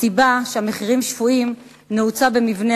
הסיבה שהמחירים שפויים נעוצה במבנה